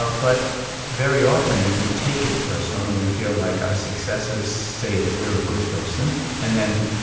ah but very often if we take it personally and we feel like our successes say that we're a good person and then,